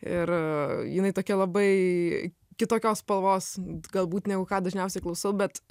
ir jinai tokia labai kitokios spalvos galbūt negu ką dažniausiai klausau bet